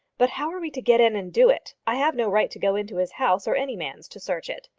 but how are we to get in and do it? i have no right to go into his house, or any man's, to search it.